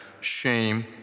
shame